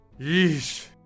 Yeesh